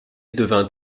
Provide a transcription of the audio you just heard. devint